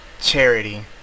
charity